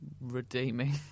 redeeming